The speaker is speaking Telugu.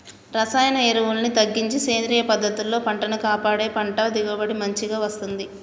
రసాయన ఎరువుల్ని తగ్గించి సేంద్రియ పద్ధతుల్లో పంటను కాపాడితే పంట దిగుబడి మంచిగ వస్తంది